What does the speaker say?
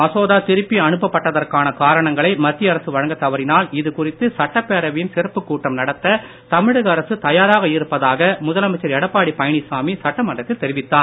மசோதா திருப்பி அனுப்பப்பட்ட அதற்கான காரணங்களை மத்திய அரசு வழங்க தவறினால் இது குறித்து சட்டப் பேரவையின் சிறப்பு கூட்டம் நடத்த தமிழக அரசு தயாராக இருப்பதாக முதலமைச்சர் எடப்பாடி பழனிச்சாமி சட்டமன்றத்தில் தெரிவித்தார்